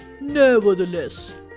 Nevertheless